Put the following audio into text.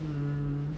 mm